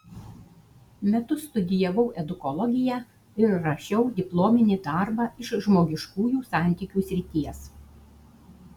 metus studijavau edukologiją ir rašiau diplominį darbą iš žmogiškųjų santykių srities